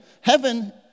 heaven